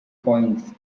points